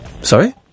Sorry